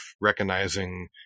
recognizing